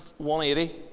180